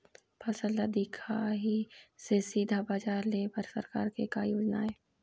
फसल ला दिखाही से सीधा बजार लेय बर सरकार के का योजना आहे?